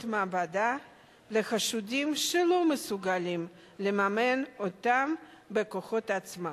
מעבדה לחשודים שלא מסוגלים לממן אותן בכוחות עצמם.